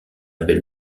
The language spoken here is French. belle